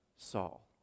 Saul